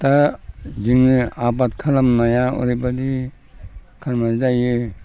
दा जोङो आबाद खालामनाया ओरैबायदि खालामनाय जायो